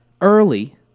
early